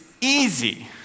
easy